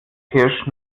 hirsch